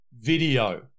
video